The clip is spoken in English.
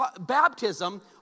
baptism